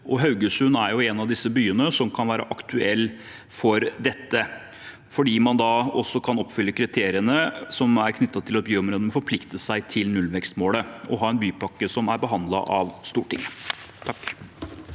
Haugesund er en av byene som kan være aktuelle for dette, for di man også kan oppfylle kriteriene knyttet til at byområdene forplikter seg til nullvekstmålet og å ha en bypakke som er behandlet av Stortinget.